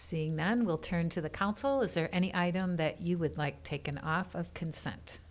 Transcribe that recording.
seeing man will turn to the counsel is there any item that you would like taken off of consent